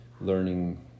learning